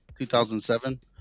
2007